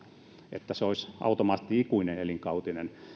että se olisi automaattisesti ikuinen elinkautinen